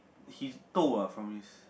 he is toh ah from his